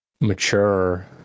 mature